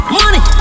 money